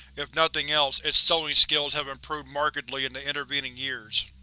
if nothing else, its sewing skills have improved markedly in the intervening years.